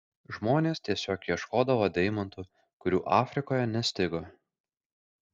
žmonės tiesiog ieškodavo deimantų kurių afrikoje nestigo